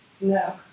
No